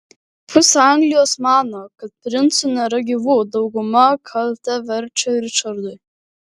pusė anglijos mano kad princų nėra gyvų dauguma kaltę verčia ričardui